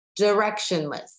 Directionless